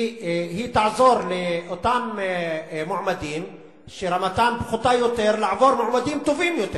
כי היא תעזור לאותם מועמדים שרמתם פחותה יותר לעבור מועמדים טובים יותר.